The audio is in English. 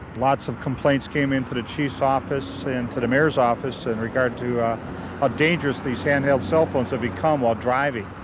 lots of complaints came into the chief's office and to the mayor's office in regard to how dangerous these hand-held cell phones have become while driving.